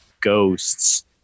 ghosts